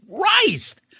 Christ